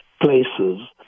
places